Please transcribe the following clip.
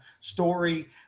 story